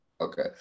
Okay